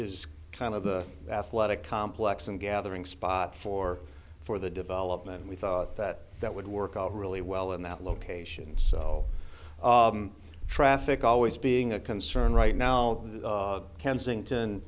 is kind of the athletic complex and gathering spot for for the development and we thought that that would work out really well in that location so traffic always being a concern right now kensington